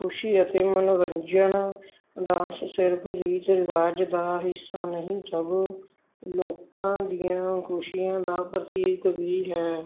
ਖੁਸ਼ੀ ਅਤੇ ਮਨੋਰੰਜਨ ਡਾਂਸ ਸਿਰਫ ਰੀਤੀ ਰਿਵਾਜ ਦਾ ਹਿੱਸਾ ਨਹੀਂ ਸਗੋਂ ਲੋਕਾਂ ਦੀਆਂ ਖੁਸ਼ੀਆਂ ਦਾ ਪ੍ਰਤੀਕ ਵੀ ਹੈ